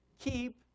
keep